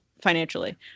financially